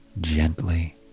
gently